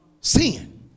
Sin